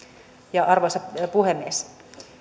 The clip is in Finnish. arvoisa puhemies